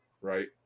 Right